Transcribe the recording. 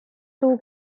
two